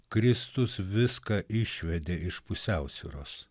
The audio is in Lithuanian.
kristus viską išvedė iš pusiausvyros